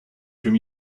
from